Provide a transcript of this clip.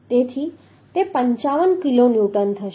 25 છે તેથી તે 55 કિલોન્યુટન થશે